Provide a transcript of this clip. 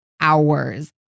hours